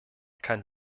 kann